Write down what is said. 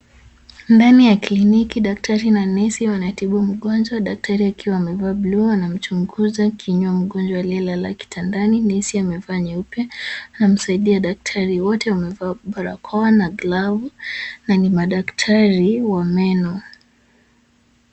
Ndani ya kliniki daktari na nesi wanatibu mgonjwa. Daktari akiwa amevaa buluu ana mchunguza kinywa mgonjwa aliyelala kitandani. Nesi ame vaa nyeupe, ana msaidia daktari wote wamevaa barakoa na glavu, na ni madaktari wa meno.